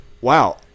wow